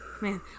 man